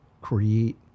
create